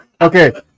okay